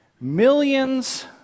Millions